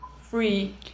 free